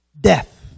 Death